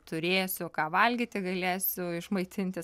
turėsiu ką valgyti galėsiu išmaitinti